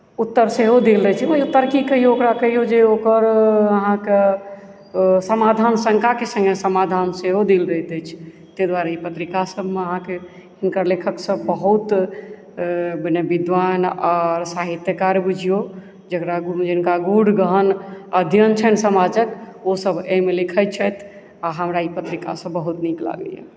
उत्तर सेहो देल अछि ओ उत्तर की कहियौ ओकरा कहियौ जे ओकर अहाँके समाधान शङ्काक सङ्गे समाधान सेहो देल रहैत अछि ताहि दुआरे ई पत्रिकासभमे अहाँके हुनकर लेखकसभ बहुत मने विद्वान आओर साहित्यकार बुझियौ जकरा गूढ़ गहन अध्ययन छनि समाजके ओसभ एहिमे लिखैत छथि आओर हमरा ई पत्रिकासभ बहुत नीक लागैए